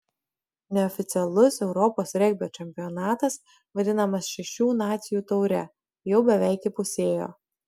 neoficialus europos regbio čempionatas vadinamas šešių nacijų taure jau beveik įpusėjo